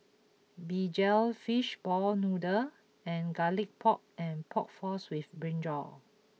Begedil Fish Ball Noodles and Garlic Pork and Pork Floss with Brinjal